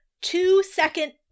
two-second